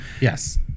Yes